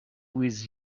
with